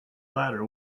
latter